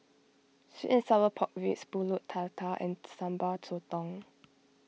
Sweet and Sour Pork Ribs Pulut Tatal and Sambal Sotong